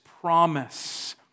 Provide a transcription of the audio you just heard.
promise